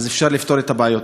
אז אפשר לפתור את הבעיות.